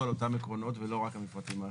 על אותם עקרונות ולא רק על מפרטים האחידים.